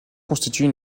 constituent